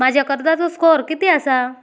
माझ्या कर्जाचो स्कोअर किती आसा?